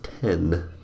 ten